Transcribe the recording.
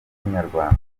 inyarwanda